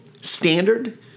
standard